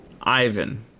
Ivan